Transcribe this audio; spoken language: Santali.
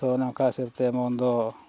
ᱛᱚ ᱱᱚᱝᱠᱟ ᱦᱤᱥᱟᱹᱵᱛᱮ ᱢᱚᱱ ᱫᱚ